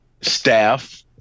staff